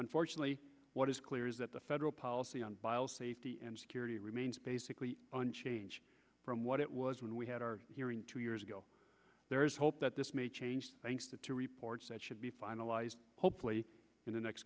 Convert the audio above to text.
unfortunately what is clear is that the federal policy on safety and security remains basically unchanged from what it was when we had our hearing two years ago there is hope that this may change thanks to two reports that should be finalized hopefully in the next